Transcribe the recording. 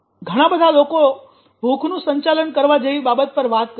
ઘણા બધા લોકો ભૂખનું સંચાલન કરવા જેવી બાબત પર વાત કરશે